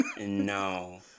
No